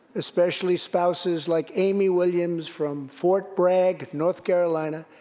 especially spouses like amy williams from fort bragg, north carolina,